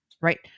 Right